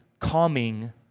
calming